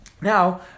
Now